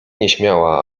nieśmiała